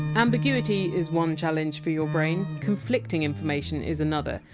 ambiguity is one challenge for your brain conflicting information is another.